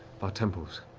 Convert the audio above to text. of our temples,